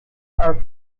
are